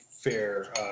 fair